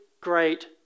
great